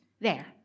There